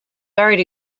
buried